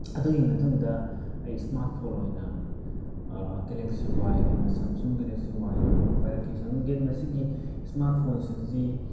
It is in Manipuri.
ꯑꯗꯨꯒꯤ ꯃꯇꯨꯡꯗ ꯑꯩ ꯏꯁꯃꯥꯔꯠ ꯐꯣꯟ ꯑꯣꯏꯅ ꯒꯦꯂꯦꯛꯁꯤ ꯋꯥꯏ ꯑꯅ ꯁꯥꯝꯁꯨꯡ ꯒꯦꯂꯦꯛꯁꯤ ꯋꯥꯏ ꯑꯅ ꯑꯃ ꯄꯥꯏꯔꯛꯈꯤ ꯁꯥꯝꯁꯪꯒꯤ ꯃꯁꯤꯒꯤ ꯏꯁꯃꯥꯔꯠ ꯐꯣꯟꯁꯤꯗꯗꯤ